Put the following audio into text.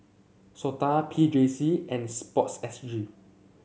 SOTA P J C and sports S G